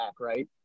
right